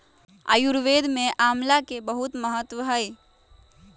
आयुर्वेद में आमला के बहुत महत्व हई